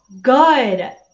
good